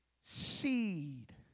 seed